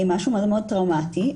משהו מאוד מאוד טראומטי ולכן,